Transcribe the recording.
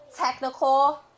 technical